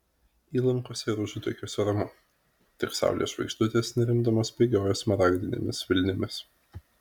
įlankose ir užutekiuose ramu tik saulės žvaigždutės nerimdamos bėgioja smaragdinėmis vilnimis